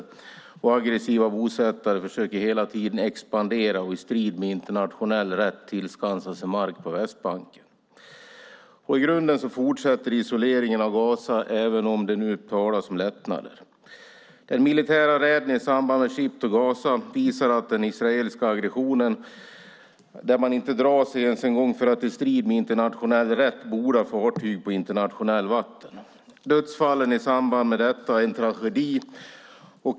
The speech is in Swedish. Aggressiva bosättare försöker hela tiden expandera och i strid med internationell rätt tillskansa sig mark på Västbanken. I grunden fortsätter isoleringen av Gaza även om det nu talas om lättnad. Den militära räden i samband med Ship to Gaza visar den israeliska aggressionen. Man drar sig inte ens för att i strid med internationell rätt borda fartyg på internationellt vatten. Dödsfallen i samband med detta är en tragedi.